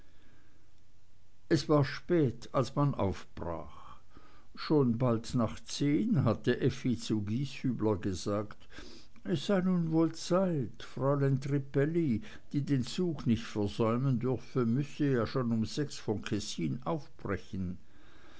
es war spät als man aufbrach schon bald nach zehn hatte effi zu gieshübler gesagt es sei nun wohl zeit fräulein trippelli die den zug nicht versäumen dürfe müsse ja schon um sechs von kessin aufbrechen